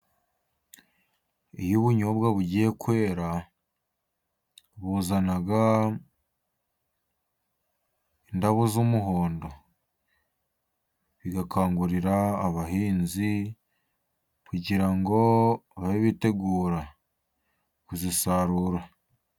Iyo ubunyobwa bugiye kwera, buzana indabo z'umuhondo, bigakangurira abahinzi, kugira ngo babe bitegura kuzisarura.